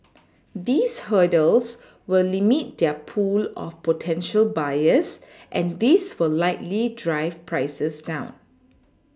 these hurdles will limit their pool of potential buyers and this will likely drive prices down